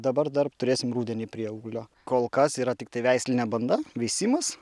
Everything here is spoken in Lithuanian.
dabar dar turėsim rudenį prieauglio kol kas yra tiktai veislinė banda veisimas